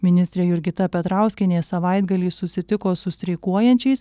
ministrė jurgita petrauskienė savaitgalį susitiko su streikuojančiais